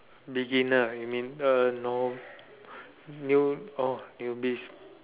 beginner you mean uh no new oh newbies